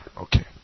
okay